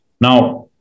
Now